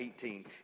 18